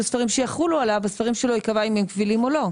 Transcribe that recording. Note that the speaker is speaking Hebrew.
ספרים שיחולו עליו ייקבע אם הספרים שלו הם קבילים או לא.